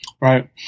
right